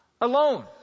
alone